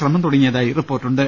ശ്രമം തുടങ്ങി യതായും റിപ്പോർട്ടുണ്ട്